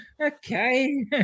okay